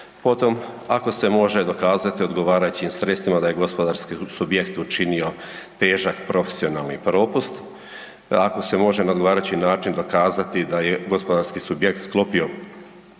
potom ako se može dokazati odgovarajućim sredstvima da je gospodarski subjekt učinio težak profesionalni propust, ako se može na odgovarajući način dokazati da je gospodarski subjekt sklopio